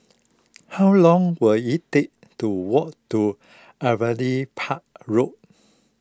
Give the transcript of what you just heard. how long will it take to walk to Park Road